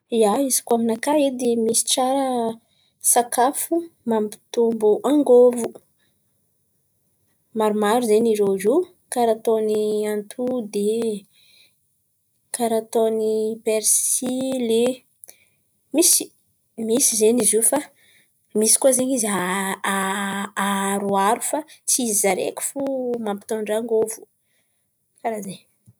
ia, izy kô aminakà edy misy tsara sakafo mampitombo angôvo. Maromaro zen̈y irô io karà ataon̈y ery antody e, karà ataon̈y persily misy misy zen̈y izy io fa misy koa zen̈y izy aha- aha- aharoaro fa tsy izy zaraiky fo mampitôndra angôvo, karà zen̈y.